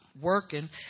working